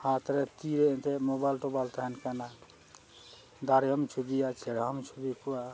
ᱦᱟᱛ ᱨᱮ ᱛᱤᱨᱮ ᱮᱱᱛᱮᱫ ᱢᱳᱵᱟᱭᱤᱞ ᱴᱳᱵᱟᱭᱤᱞ ᱛᱟᱦᱮᱱ ᱠᱟᱱᱟ ᱫᱟᱨᱮ ᱦᱚᱸᱢ ᱪᱷᱩᱵᱤᱭᱟ ᱪᱮᱬᱮ ᱦᱚᱸᱢ ᱪᱷᱩᱵᱤ ᱠᱚᱣᱟ